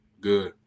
good